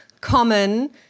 common